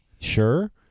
sure